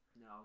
No